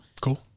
Cool